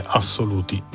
assoluti